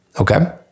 Okay